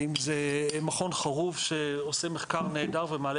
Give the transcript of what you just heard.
אם זה מכון חרוב שעושה מחקר נהדר ומעלה